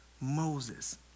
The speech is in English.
Moses